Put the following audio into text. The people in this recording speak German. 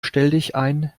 stelldichein